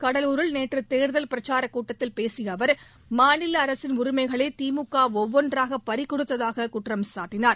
கடலூரில் நேற்று தேர்தல் பிரச்சாரக் கூட்டத்தில் பேசிய அவர் மாநில அரசின் உரிமைகளை திமுக ஒவ்வொன்றாக பறிகொடுத்ததாக குற்றம் சாட்டினார்